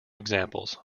examples